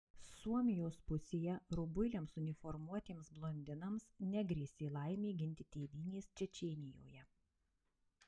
suomijos pusėje rubuiliams uniformuotiems blondinams negrėsė laimė ginti tėvynės čečėnijoje